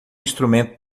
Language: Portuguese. instrumento